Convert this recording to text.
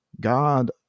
God